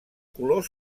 colors